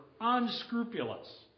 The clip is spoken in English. unscrupulous